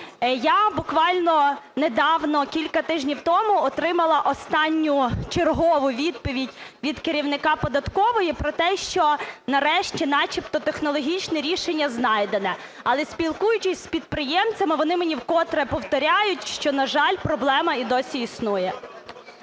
Я буквально недавно кілька тижнів тому отримала останню чергову відповідь від керівника податкової про те, що нарешті начебто технологічне рішення знайдено. Але, спілкуючись з підприємцями, вони мені вкотре повторюють, що, на жаль, проблема і досі існує.